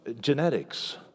genetics